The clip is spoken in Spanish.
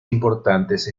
importantes